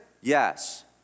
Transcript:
Yes